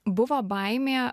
buvo baimė